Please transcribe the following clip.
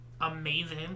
Amazing